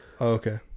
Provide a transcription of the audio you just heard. Okay